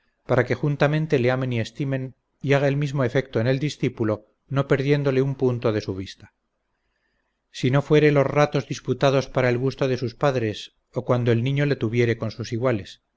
para que juntamente le amen y estimen y haga el mismo efecto en el discípulo no perdiéndole un punto de su vista si no fuere los ratos diputados para el gusto de sus padres o cuando el niño le tuviere con sus iguales